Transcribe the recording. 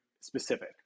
specific